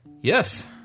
Yes